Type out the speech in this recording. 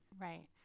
Right